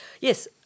yes